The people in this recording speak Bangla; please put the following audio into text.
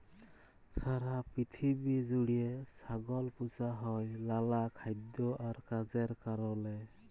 সারা পিথিবী জুইড়ে ছাগল পুসা হ্যয় লালা খাইদ্য আর কাজের কারলে